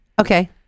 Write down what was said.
okay